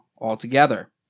altogether